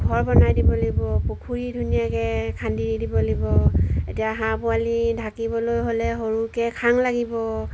ঘৰ বনাই দিব লাগিব পুখুৰী ধুনীয়াকৈ খান্দি দি দিব লাগিব এতিয়া হাঁহ পোৱালি ঢাকিবলৈ হ'লে সৰুকৈ খাং লাগিব